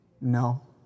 No